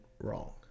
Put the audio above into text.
wrong